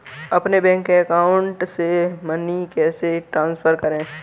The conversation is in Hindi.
अपने बैंक अकाउंट से मनी कैसे ट्रांसफर करें?